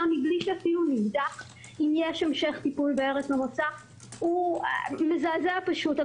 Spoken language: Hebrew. מבלי שאפילו נבדק אם יש המשך טיפול בארץ המוצא הוא מזעזע פשוט.